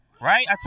Right